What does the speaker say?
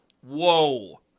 whoa